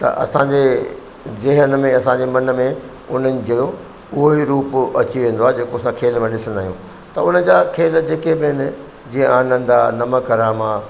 त असांजे जहन में असांजे मन में उन्हनि जो उहो ई रूप अची वेंदो आहे जेको असां खेल में ॾिसंदा आहियूं त उन्हनि जा खेल जेके बि आहिनि जीअं आनंद आहे नमक हराम आहे